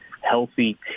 healthy